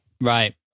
Right